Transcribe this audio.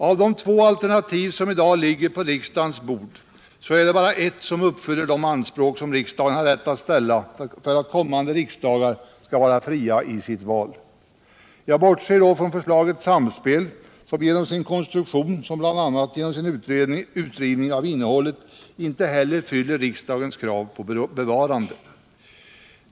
Av de två alternativ som i dag ligger på riksdagens bord är det bara ett som uppfyller de anspråk som riksdagen har rätt att ställa för att kommande riksdagar skall vara fria i sitt val. Jag bortser då från förslaget Samspel, som genom sin konstruktion och genom sin utrensning av innehållet inte heller fyller riksdagens krav på bevarande.